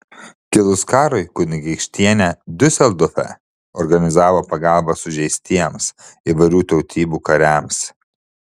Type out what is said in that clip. kilus karui kunigaikštienė diuseldorfe organizavo pagalbą sužeistiems įvairių tautybių kariams